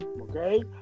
Okay